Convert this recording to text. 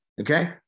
okay